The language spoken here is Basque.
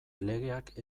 legeak